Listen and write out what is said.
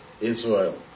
Israel